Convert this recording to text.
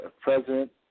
President